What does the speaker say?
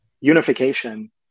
unification